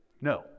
No